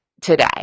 today